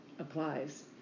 applies